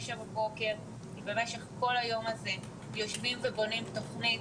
תשע בבוקר ולאורך כל היום הזה יושבים ובונים תוכנית.